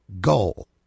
goal